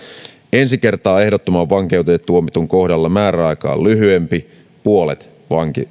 ensi kertaa ehdottomaan vankeuteen tuomitun kohdalla määräaika on lyhyempi puolet